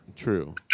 True